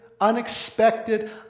unexpected